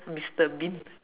mister bean